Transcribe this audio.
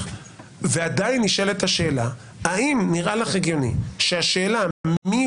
עדיין נשאלת השאלה האם נראה לך הגיוני שהשאלה מי